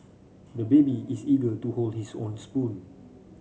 the baby is eager to hold his own spoon